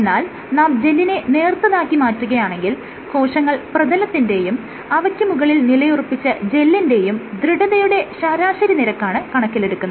എന്നാൽ നാം ജെല്ലിനെ നേർത്തതാക്കി മാറ്റുകയാണെങ്കിൽ കോശങ്ങൾ പ്രതലത്തിന്റെയും അവയ്ക്ക് മുകളിൽ നിലയുറപ്പിച്ച ജെല്ലിന്റെയും ദൃഢതയുടെ ശരാശരി നിരക്കാണ് കണക്കിലെടുക്കുന്നത്